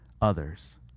others